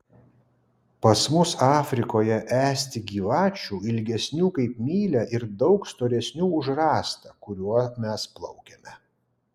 pas mus afrikoje esti gyvačių ilgesnių kaip mylia ir daug storesnių už rąstą kuriuo mes plaukiame